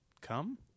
Come